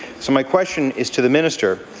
so, my question is to the minister,